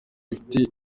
bifite